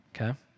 okay